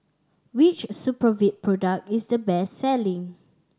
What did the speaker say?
which Supravit product is the best selling